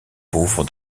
pauvre